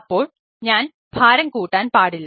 അപ്പോൾ ഞാൻ ഭാരം കൂട്ടാൻ പാടില്ല